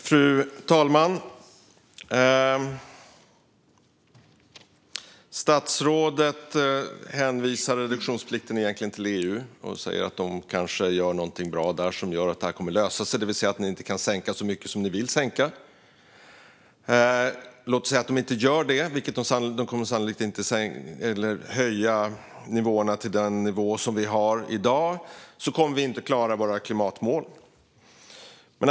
Fru talman! Statsrådet hänvisar reduktionsplikten till EU och säger att de kanske gör någonting bra där som gör att det här kommer att lösa sig, det vill säga att ni inte kan sänka så mycket som ni vill sänka. Låt oss säga att EU inte gör det - de kommer sannolikt inte att höja nivåerna till den nivå vi har i dag. Då kommer vi inte att klara våra klimatmål.